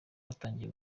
batangiye